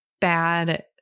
bad